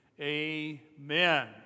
amen